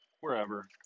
wherever